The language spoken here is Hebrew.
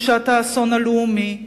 תחושת האסון הלאומי.